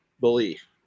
belief